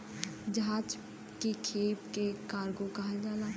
जहाज के खेप के कार्गो कहल जाला